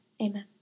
Amen